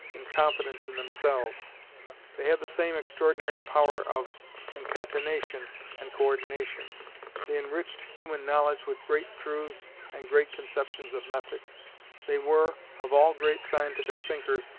in confidence in themselves they had the same extraordinary power of concatenation and co-ordination they enriched human knowledge with great truths and great conceptions of method they were, of all great scientific thinkers,